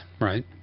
right